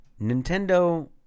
Nintendo